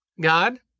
god